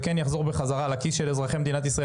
יחזור בחזרה לכיס של אזרחי מדינת ישראל?